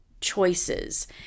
choices